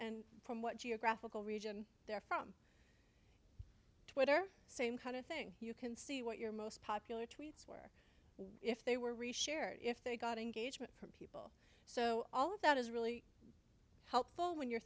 and from what geographical region they're from twitter same kind of thing you can see what your most popular tweets were if they were reassured if they got engagement so all of that is really helpful when you're